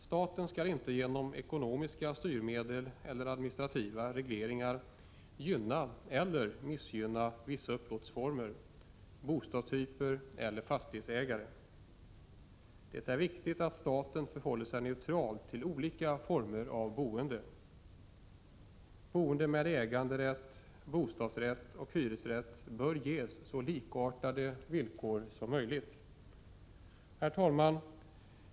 Staten skall inte genom ekonomiska styrmedel eller administrativa regleringar gynna eller missgynna vissa upplåtelseformer, bostadstyper eller fastighetsägare. Det är viktigt att staten förhåller sig neutral till olika former av boende. Boende med äganderätt, bostadsrätt och hyresrätt bör ges så likartade villkor som möjligt. Herr talman!